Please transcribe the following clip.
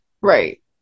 Right